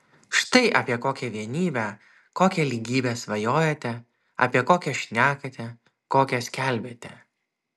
štai apie kokią vienybę kokią lygybę svajojate apie kokią šnekate kokią skelbiate